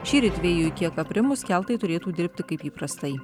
šįryt vėjui kiek aprimus keltai turėtų dirbti kaip įprastai